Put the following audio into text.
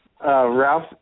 Ralph